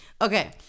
Okay